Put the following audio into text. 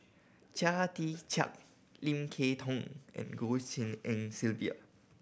Chia Tee Chiak Lim Kay Tong and Goh Tshin En Sylvia